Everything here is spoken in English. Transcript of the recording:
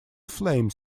flames